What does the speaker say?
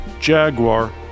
Jaguar